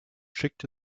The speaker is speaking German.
schickte